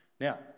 Now